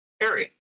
area